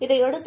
இதனையடுத்து